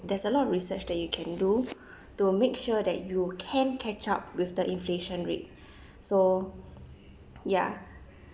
there's a lot of research that you can do to make sure that you can catch up with the inflation rate so ya